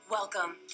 Welcome